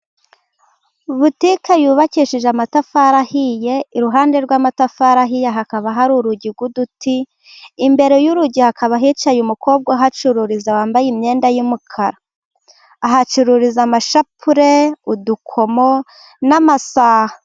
Butike yubakishije amatafari ahiye iruhande rw'amatafari ahiye hakaba hari urugi rw'uduti, imbere y'urugi hakaba hicaye umukobwa uhacururiza wambaye imyenda y'umukara, ahacururiza amashapule, udukomo n'amasaha.